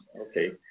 Okay